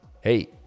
Hey